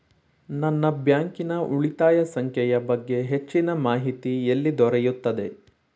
ನನ್ನ ಬ್ಯಾಂಕಿನ ಉಳಿತಾಯ ಸಂಖ್ಯೆಯ ಬಗ್ಗೆ ಹೆಚ್ಚಿನ ಮಾಹಿತಿ ಎಲ್ಲಿ ದೊರೆಯುತ್ತದೆ?